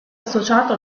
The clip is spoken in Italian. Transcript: associato